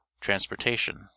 transportation